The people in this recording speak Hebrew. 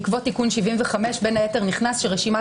בעקבות תיקון 75 בין היתר נכנס שרשימת